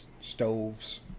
stoves